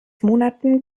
monaten